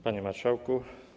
Panie Marszałku!